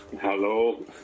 Hello